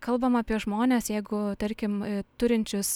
kalbam apie žmones jeigu tarkim turinčius